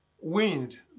wind